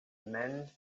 men